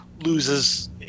loses